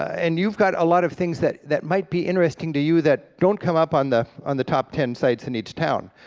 and you've got a lot of things that that might be interesting to you that don't come up on the on the top ten sights in each town.